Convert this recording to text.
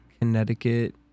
Connecticut